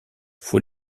faut